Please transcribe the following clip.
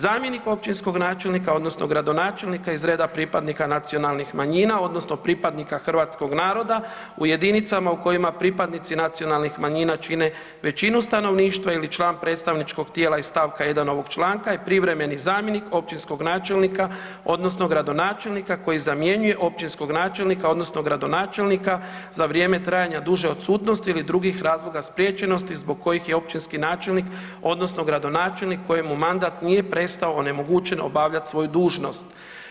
Zamjenik općinskog načelnika odnosno gradonačelnika iz reda pripadnika nacionalnih manjina odnosno pripadnika hrvatskog naroda u jedinicama u kojima pripadnici nacionalnih manjina čine većinu stanovništva ili član predstavničkog tijela iz stavka 1. ovog članka je privremeni zamjenik općinskog načelnika odnosno gradonačelnika koji zamjenjuje općinskog načelnika odnosno gradonačelnika za vrijeme trajanja duže odsutnosti ili drugih razloga spriječenosti zbog kojih je općinski načelnik odnosno gradonačelnik kojemu mandat nije prestao onemogućen obavljati svoju dužnost.